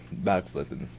backflipping